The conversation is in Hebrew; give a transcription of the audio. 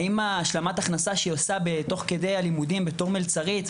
האם השלמת ההכנסה שהיא עושה תוך כדי הלימודים בתור מלצרית,